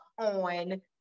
on